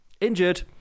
injured